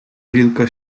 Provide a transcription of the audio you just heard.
wilka